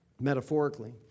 metaphorically